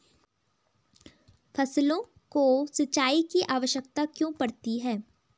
फसलों को सिंचाई की आवश्यकता क्यों पड़ती है?